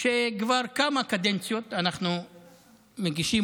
שכבר כמה קדנציות אנחנו מגישים,